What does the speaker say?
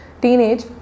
teenage